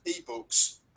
eBooks